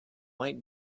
white